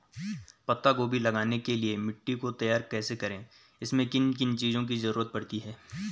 पत्ता गोभी लगाने के लिए मिट्टी को तैयार कैसे करें इसमें किन किन चीज़ों की जरूरत पड़ती है?